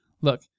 Look